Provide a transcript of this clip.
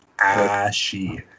ashy